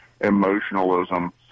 emotionalism